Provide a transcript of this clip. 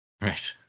Right